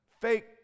fake